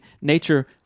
nature